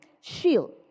Shield